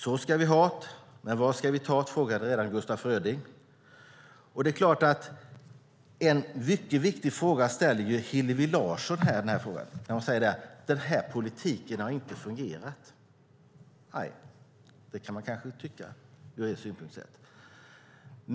Så ska vi ha ́t, men var ska vi ta ́t? frågade redan Gustaf Fröding. Hillevi Larsson säger att den här politiken inte har fungerat. Nej, det kan man kanske tycka ur er synpunkt sett.